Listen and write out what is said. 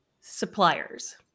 suppliers